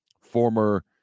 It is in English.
Former